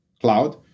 cloud